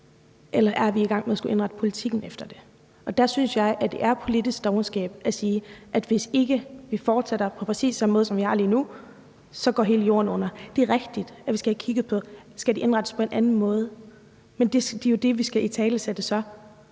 eller om vi er i gang med at skulle indrette politikken efter det. Der synes jeg, at det er politisk dovenskab at sige, at hvis ikke vi fortsætter på præcis samme måde, som vi gør lige nu, så går hele Jorden under. Det er rigtigt, at vi skal have kigget på, om det skal indrettes på en anden måde, men så er det jo det, vi skal italesætte,